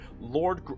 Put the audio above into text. Lord